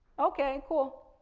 okay, cool.